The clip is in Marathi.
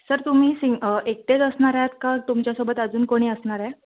सर तुम्ही सि एकटेच असणार आहात का तुमच्यासोबत अजून कोणी असणार आहे